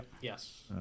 Yes